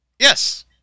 Yes